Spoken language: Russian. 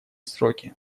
сроки